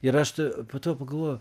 ir aš tai po to pagalvojau